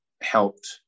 helped